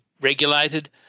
regulated